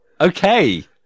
Okay